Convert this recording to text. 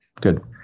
Good